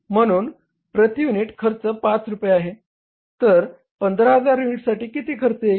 म्हणून प्रती युनिट खर्च 5 रुपये आहे तर 15000 युनिटसाठी किती खर्च येईल